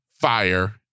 fire